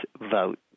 vote